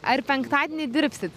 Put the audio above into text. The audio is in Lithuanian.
ar penktadienį dirbsit